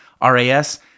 RAS